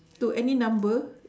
to any number